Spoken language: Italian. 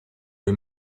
dei